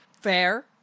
Fair